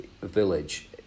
village